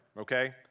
okay